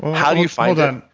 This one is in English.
how do you find it?